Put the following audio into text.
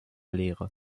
lehre